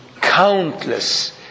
countless